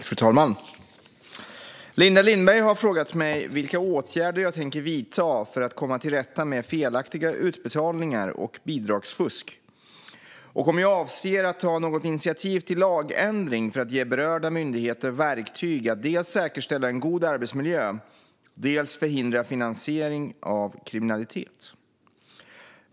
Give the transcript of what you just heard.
Fru talman! Linda Lindberg har frågat mig vilka åtgärder jag tänker vidta för att komma till rätta med felaktiga utbetalningar och bidragsfusk. Hon har också frågat om jag avser att ta något initiativ till lagändring för att ge berörda myndigheter verktyg att dels säkerställa en god arbetsmiljö, dels förhindra finansiering av kriminalitet.